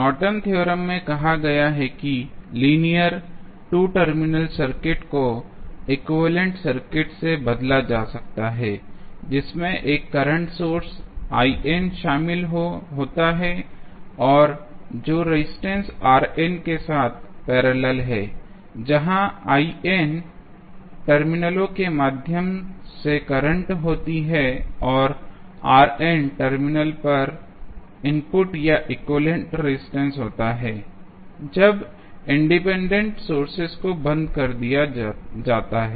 Norton theorem Nortons Theorem में कहा गया है कि लीनियर 2 टर्मिनल सर्किट को एक्विवैलेन्ट सर्किट से बदला जा सकता है जिसमें एक करंट सोर्स शामिल होता है जो रेजिस्टेंस के साथ पैरेलल है जहाँ टर्मिनलों के माध्यम से करंट होती है और टर्मिनलों पर इनपुट या एक्विवैलेन्ट रेजिस्टेंस होता है जब इंडिपेंडेंट सोर्सेज को बंद कर दिया जाता है